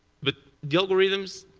but the algorithms,